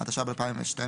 התשע"ב 2012,